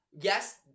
yes